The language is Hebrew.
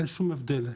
אין שום הבדל.